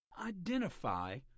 identify